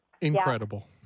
Incredible